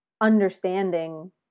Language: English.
understanding